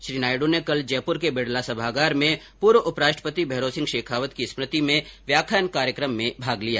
श्री नायडू ने कल जयपूर के बिडला सभागार में पूर्व उपराष्ट्रपति भैरांसिंह शेखावत की स्मृति में व्याख्यान कार्यक्रम में भाग लिया